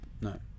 no